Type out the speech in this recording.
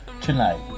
tonight